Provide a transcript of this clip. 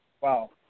wow